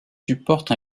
supporte